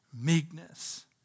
meekness